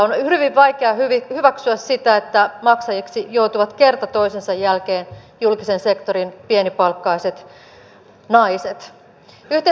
on hyvin vaikea hyväksyä sitä että maksajiksi joutuvat kerta toisensa jälkeen julkisen sektorin pienipalkkaiset naiset